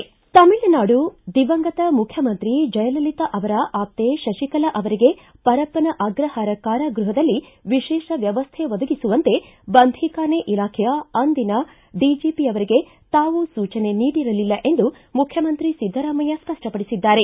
ತಮಿಳುನಾಡು ದಿವಂಗತ ಮುಖ್ಯಮಂತ್ರಿ ಜಯಲಲಿತ ಅವರ ಆಪ್ತೆ ಶಶಿಕಲಾ ಅವರಿಗೆ ಪರಪ್ಪನ ಅಗ್ರಹಾರ ಕಾರಾಗೃಹದಲ್ಲಿ ವಿಶೇಷ ವ್ಯವಸ್ಥೆ ಒದಗಿಸುವಂತೆ ಬಂಧೀಖಾನೆ ಇಲಾಖೆಯ ಅಂದಿನ ಡಿಜಿಪಿಯವರಿಗೆ ತಾವು ಸೂಚನೆ ನೀಡಿರಲಿಲ್ಲ ಎಂದು ಮುಖ್ಯಮಂತ್ರಿ ಸಿದ್ದರಾಮಯ್ಯ ಸ್ಪಷ್ಪಪಡಿಸಿದ್ದಾರೆ